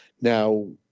Now